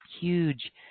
huge